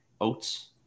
oats